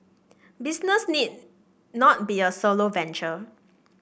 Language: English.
business need not be a solo venture